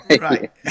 Right